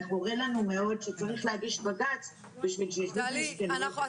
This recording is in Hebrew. וחורה לנו מאוד שצריך להגיש בג"ץ בשביל שישבו וישקלו את זה שוב.